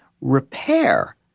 repair